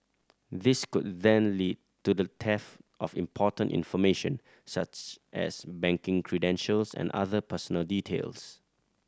this could then lead to the theft of important information such as banking credentials and other personal details